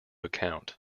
account